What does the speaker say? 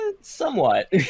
Somewhat